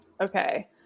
Okay